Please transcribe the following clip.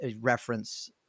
reference